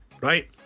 Right